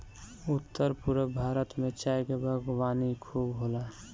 उत्तर पूरब भारत में चाय के बागवानी खूब होला